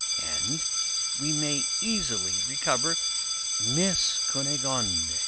and we may easily recover miss cunegonde.